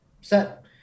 set